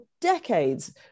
decades